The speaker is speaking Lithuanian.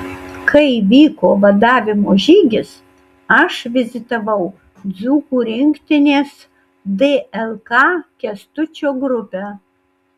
kai vyko vadavimo žygis aš vizitavau dzūkų rinktinės dlk kęstučio grupę